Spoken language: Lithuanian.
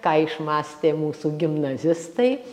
ką išmąstė mūsų gimnazistai